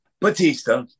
Batista